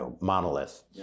monolith